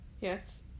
Yes